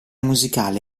musicale